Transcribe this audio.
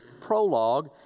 prologue